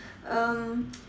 um